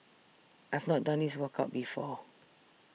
I've not done this workout before